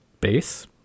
base